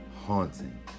haunting